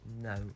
no